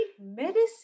medicine